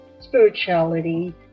spirituality